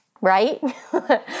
right